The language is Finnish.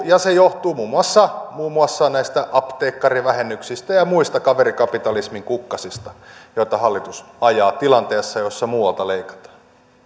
ja se johtuu muun muassa muun muassa näistä apteekkarivähennyksistä ja ja muista kaverikapitalismin kukkasista joita hallitus ajaa tilanteessa jossa muualta leikataan